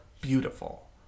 beautiful